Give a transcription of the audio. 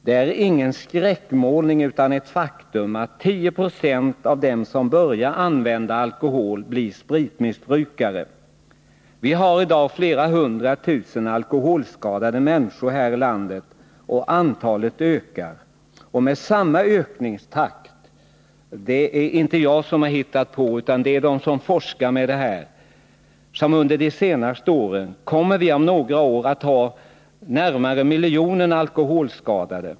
Det är ingen skräckmålning utan ett faktum att 10 20 av dem som börjar använda alkohol blir spritmissbrukare. Det finns i dag flera hundra tusen alkoholskadade människor i vårt land, och antalet ökar. Med samma ökningstakt som under de senaste åren kommer vi om några år att ha närmare en miljon alkoholskadade. Det är inte jag som hittat på detta, utan det är forskarna på området som kommit fram till det.